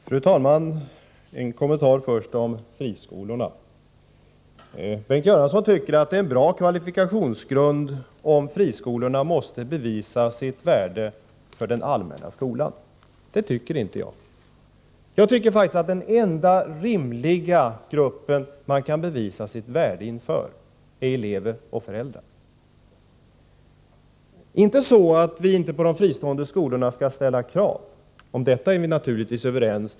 Fru talman! Först en kommentar om friskolorna. Bengt Göransson tycker att det är en bra kvalifikationsgrund om friskolorna kan bevisa sitt värde för den allmänna skolan. Det tycker inte jag. Jag tycker att den enda grupp som de rimligen kan bevisas sitt värde inför är elever och föräldrar. Jag menar inte att vi inte skall ställa krav på de fristående skolorna — om detta är vi naturligtvis överens.